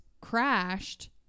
crashed